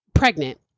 pregnant